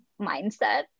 mindset